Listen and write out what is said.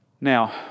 Now